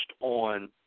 on